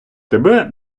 тебе